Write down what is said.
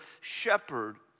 shepherd